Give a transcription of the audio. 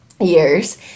years